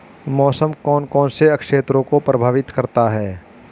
मौसम कौन कौन से क्षेत्रों को प्रभावित करता है?